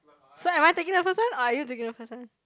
so am I taking the first one or are you taking the first one